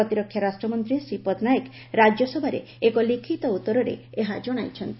ପ୍ରତିରକ୍ଷା ରାଷ୍ଟ୍ରମନ୍ତ୍ରୀ ଶ୍ରୀପଦ ନାୟକ ରାଜ୍ୟସଭାରେ ଏକ ଲିଖିତ ଉତ୍ତରରେ ଏହା ଜଣାଇଛନ୍ତି